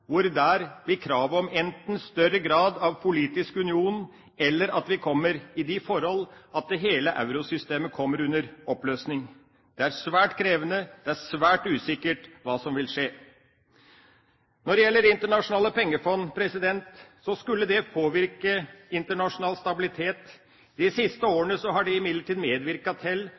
hvor kravet enten blir større grad av politisk union eller at hele eurosystemet går i oppløsning. Det er svært krevende. Det er svært usikkert hva som vil skje. Når det gjelder Det internasjonale pengefondet, skulle det påvirke internasjonal stabilitet. De siste årene har det imidlertid medvirket til